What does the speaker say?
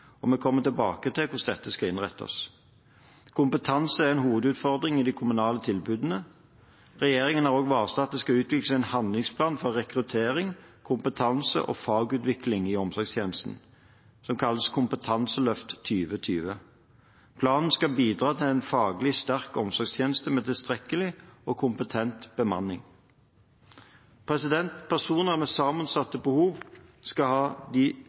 Vi kommer tilbake til hvordan dette skal innrettes. Kompetanse er en hovedutfordring i de kommunale tilbudene. Regjeringen har også varslet at det skal utvikles en handlingsplan for rekruttering, kompetanse og fagutvikling i omsorgstjenestene, som kalles Kompetanseløft 2020. Planen skal bidra til en faglig sterk omsorgstjeneste med tilstrekkelig og kompetent bemanning. Personer med sammensatte behov skal ha tjenester med tilstrekkelig kvalitet som er godt koordinert både innad i de